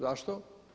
Zašto?